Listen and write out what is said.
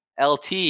LT